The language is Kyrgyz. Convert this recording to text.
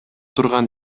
турган